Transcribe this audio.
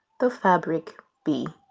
the fabric bee.